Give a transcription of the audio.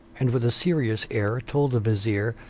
and with a serious air told the vizier,